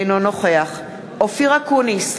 אינו נוכח אופיר אקוניס,